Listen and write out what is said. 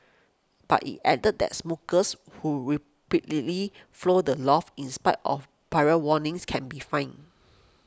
but it added that smokers who repeatedly flout the laugh in spite of prior warnings can be fined